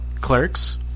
Clerks